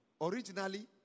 Originally